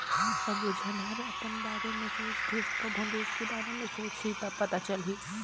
सबो झन हर अपन बारे में सोचथें कभों देस के बारे मे सोंचहि त पता चलही